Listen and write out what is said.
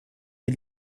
die